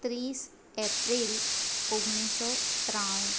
ત્રીસ એપ્રિલ ઓગણીસો ત્રાણું